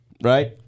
right